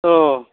अ